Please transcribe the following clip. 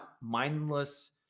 mindless